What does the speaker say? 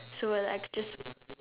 so like I could just